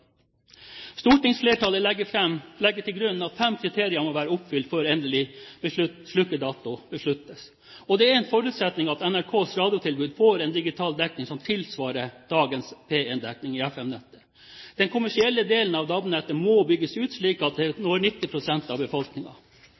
Stortingsflertallet legger til grunn at fem kriterier må være oppfylt før endelig slukkedato besluttes. Det er en forutsetning at NRKs radiotilbud får en digital dekning som tilsvarer dagens P1-dekning i FM-nettet. Den kommersielle delen av DAB-nettet må bygges ut slik at det når 90 pst. av